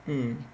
mm